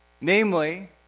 namely